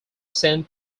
sent